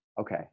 okay